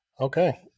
Okay